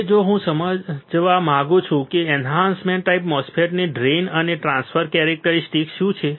હવે જો હું સમજવા માગુ છું કે એન્હાન્સમેન્ટ ટાઈપ MOSFET ની ડ્રેઇન અને ટ્રાન્સફર કેરેક્ટરીસ્ટિક્સ શું છે